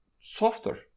softer